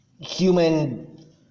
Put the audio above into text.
human